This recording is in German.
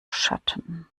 schatten